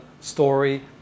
story